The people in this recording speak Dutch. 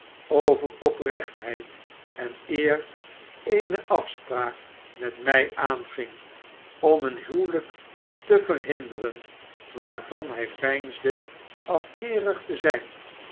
over oprechtheid en eer eene afspraak met mij aanging om een huwelijk te verhinderen waarvan hij veinsde afkeerig te zijn